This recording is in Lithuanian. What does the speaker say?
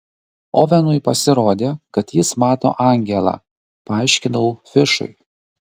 ovenui pasirodė kad jis mato angelą paaiškinau fišui